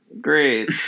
Great